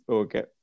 okay